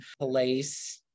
place